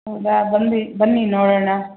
ಹೌದಾ ಬಂದು ಬನ್ನಿ ನೋಡೋಣ